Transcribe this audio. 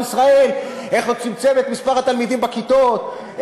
ישראל איך הוא צמצם את מספר הילדים בכיתות,